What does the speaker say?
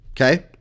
Okay